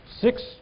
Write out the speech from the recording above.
six